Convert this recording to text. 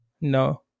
No